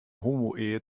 homoehe